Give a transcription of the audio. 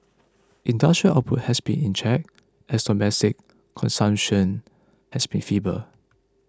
industrial output has also been in check as domestic consumption has been feeble